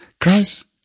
Christ